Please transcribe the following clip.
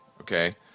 Okay